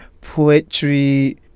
poetry